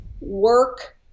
work